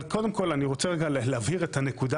אבל קודם כל אני רוצה רגע להבהיר את הנקודה